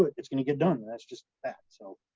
but it's going to get done, and that's just that, so